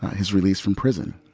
his release from prison,